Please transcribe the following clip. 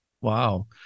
Wow